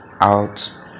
Out